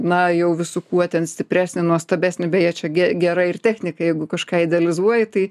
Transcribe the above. na jau visu kuo ten stipresnį nuostabesnį beje čia gera ir technika jeigu kažką idealizuoji tai